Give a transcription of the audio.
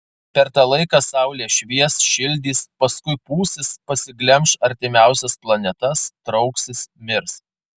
per tą laiką saulė švies šildys paskui pūsis pasiglemš artimiausias planetas trauksis mirs